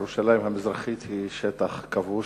ירושלים המזרחית היא שטח כבוש,